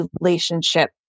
relationship